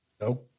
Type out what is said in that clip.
No